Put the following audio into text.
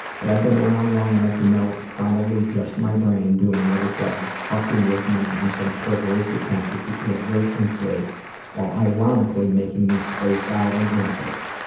but i've been around long enough to know it's probably just my brain doing what it does, fucking with me in some perverse attempt to keep me alert and safe while ironically making me spaced-out and anxious.